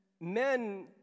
men